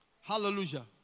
Hallelujah